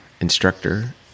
instructor